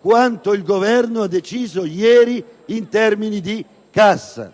quanto il Governo ha deciso ieri in termini di cassa.